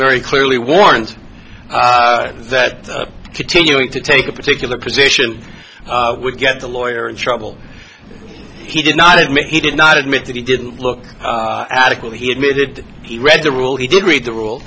very clearly warns that continuing to take a particular position would get the lawyer in trouble he did not admit he did not admit that he didn't look adequate he admitted he read the rule he did read the rule